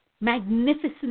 magnificent